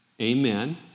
Amen